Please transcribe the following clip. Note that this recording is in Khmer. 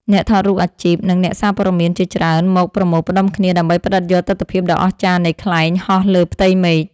អ្នកថតរូបអាជីព និងអ្នកសារព័ត៌មានជាច្រើនមកប្រមូលផ្ដុំគ្នា ដើម្បីផ្ដិតយកទិដ្ឋភាពដ៏អស្ចារ្យនៃខ្លែងហោះលើផ្ទៃមេឃ។